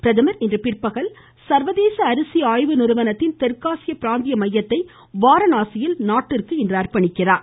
பிரதமர் இன்று பிற்பகல் சர்வதேச அரிசி ஆய்வு நிறுவனத்தின் தெற்காசிய பிராந்திய மையத்தை வாராணாசியில் நாட்டிற்கு அர்ப்பணிக்கிறார்